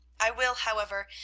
i will, however,